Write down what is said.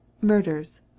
murders